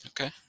Okay